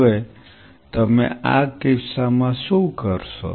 હવે તમે આ કિસ્સામાં શું કરશો